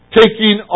taking